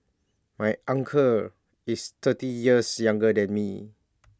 my uncle is thirty years younger than me